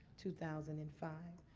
two thousand and five.